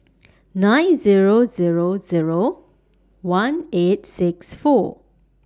nine Zero Zero Zero one eight six four